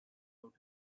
out